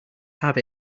have